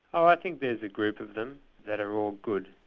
oh i think there's a group of them that are all good.